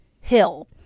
hill